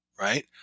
right